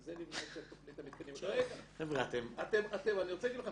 על זה נבנית תוכנית המתקנים --- אני רוצה להגיד לכם,